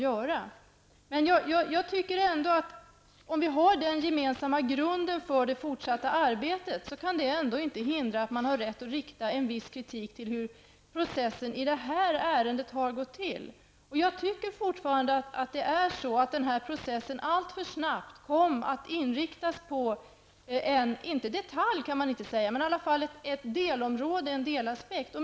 Även om vi har den gemensamma grunden för det fortsatta arbetet, kan det ändå inte hindra att man har rätt att rikta en viss kritik mot hur processen i detta ärende har gått till. Jag tycker fortfarande att denna process alltför snabbt kom att inriktas på -- man kan kanske inte kalla det en detalj -- ett delområde, en delaspekt.